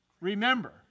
Remember